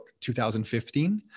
2015